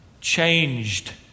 changed